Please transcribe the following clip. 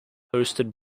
hosted